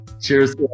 Cheers